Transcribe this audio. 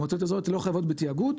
מועצות אזוריות לא חייבות בתיאגוד.